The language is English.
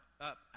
up